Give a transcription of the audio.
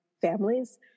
families